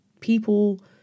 people